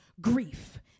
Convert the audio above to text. grief